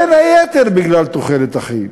בין היתר בגלל תוחלת החיים.